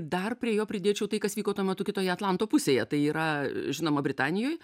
dar prie jo pridėčiau tai kas vyko tuo metu kitoje atlanto pusėje tai yra žinoma britanijoj